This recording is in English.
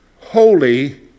holy